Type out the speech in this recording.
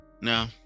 No